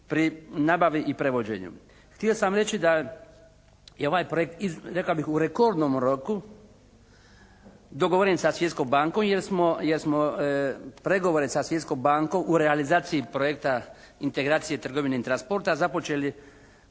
pri nabavi i prevođenju. Htio sam reći da je ovaj projekt rekao bih u rekordnom roku dogovoren sa Svjetskom bankom jer smo pregovore sa Svjetskom bankom u realizaciji projekta integracije trgovine i transporta započeli